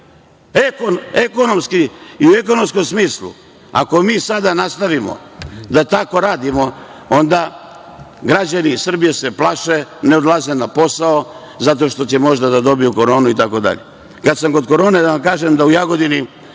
ljudi. I u ekonomskom smislu ako mi sada nastavimo da tako radimo onda se građani Srbije plaše, ne odlaze na posao zato što će možda da dobiju koronu i tako dalje. Kad sam kod korone, da vam kažem da u Jagodini